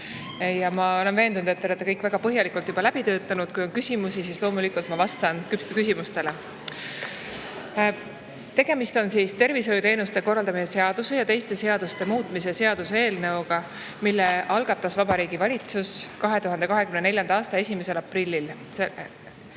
Ma olen veendunud, et te olete kõik väga põhjalikult juba läbi töötanud. Kui on küsimusi, siis loomulikult ma vastan neile. Tegemist on tervishoiuteenuste korraldamise seaduse ja teiste seaduste muutmise seaduse eelnõuga, mille algatas Vabariigi Valitsus 2024. aasta 1. aprillil.